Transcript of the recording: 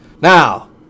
Now